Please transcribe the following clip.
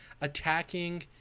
attacking